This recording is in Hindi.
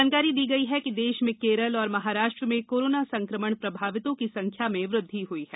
जानकारी दी गई कि देश में केरल और महाराष्ट्र में कोरोना संक्रमण प्रभावितों की संख्या में वृद्धि हई है